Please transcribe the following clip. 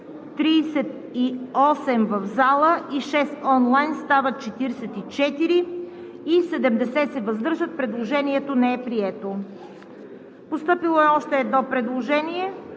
38 в залата и 6 онлайн – стават 44, въздържали се 70. Предложението не е прието. Постъпило е още едно предложение: